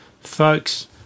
Folks